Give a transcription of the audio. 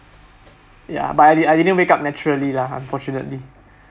ya but I I didn't wake up naturally lah unfortunately